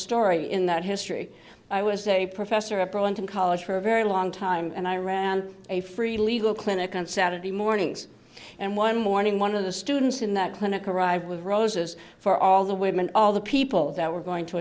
story in that history i was a professor at burlington college for a very long time and i ran a free legal clinic on saturday mornings and one morning one of the students in that clinic arrived with roses for all the women all the people that were going to